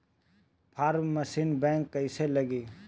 Form machine bank कईसे लागी?